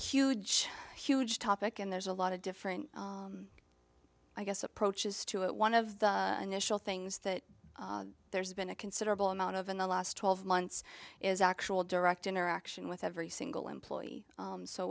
huge huge topic and there's a lot of different i guess approaches to it one of the initial things that there's been a considerable amount of in the last twelve months is actual direct interaction with every single employee